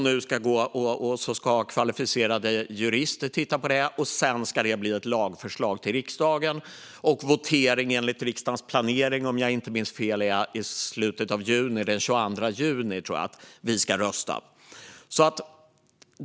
Nu ska kvalificerade jurister titta på detta, och sedan ska det bli ett lagförslag till riksdagen. Votering ska enligt riksdagens planering ske i slutet av juni, om jag inte minns fel. Den 22 juni tror jag att vi ska rösta. Fru talman!